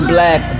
Black